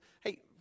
Hey